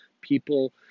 people